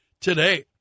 today